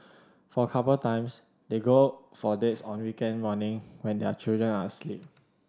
for couple times they go for dates on weekend morning when their children are asleep